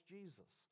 Jesus